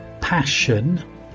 Passion